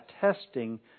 testing